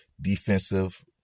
Defensive